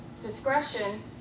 Discretion